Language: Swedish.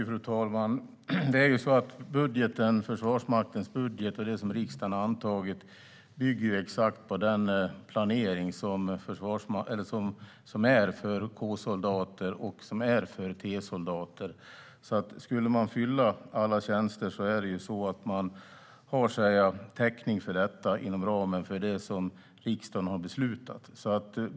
Fru talman! Försvarsmaktens budget, antagen av riksdagen, bygger exakt på den planering som finns för K-soldater och T-soldater. Om alla tjänster skulle fyllas finns täckning inom ramen för det som riksdagen har beslutat.